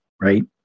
Right